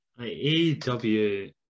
AEW